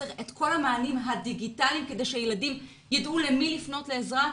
צריך לפתח גם את כל המענים הדיגיטליים כדי שילדים ידעו למי לפנות לעזרה.